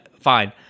fine